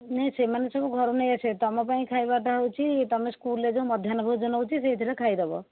ନାହିଁ ସେମାନେ ସବୁ ଘରୁ ନେଇଆସିବେ ତୁମ ପାଇଁ ଖାଇବାଟା ହେଉଛି ତୁମେ ସ୍କୁଲ ରେ ଯେଉଁ ମଧ୍ୟାହ୍ନ ଭୋଜନ ହେଉଛି ସେଇଥିରେ ଖାଇଦେବ